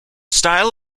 style